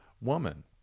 woman